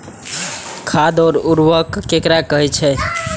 खाद और उर्वरक ककरा कहे छः?